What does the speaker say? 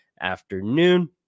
afternoon